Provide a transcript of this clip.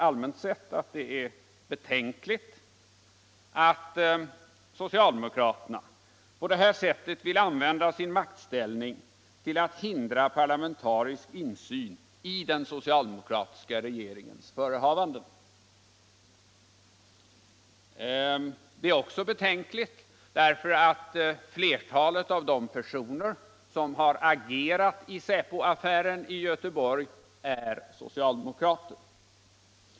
Allmänt sett tycker jag det är betänkligt att socialdemokraterna på detta sätt vill använda sin maktställning till att hindra parlamentarisk insyn i den socialdemokratiska regeringens förehavanden. Det är betänkligt också därför att flertalet av de personer som har agerat i säpoaffären i Göteborg är socialdemokrater.